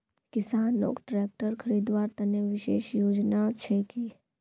किसानोक ट्रेक्टर खरीदवार तने विशेष योजना छे कि?